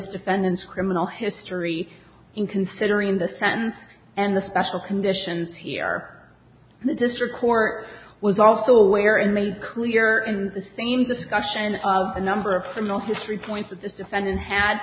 defendant's criminal history in considering the sentence and the special conditions here or the district court was also aware and made clear in the same discussion of the number of criminal history points that the defendant ha